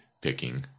picking